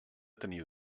tenir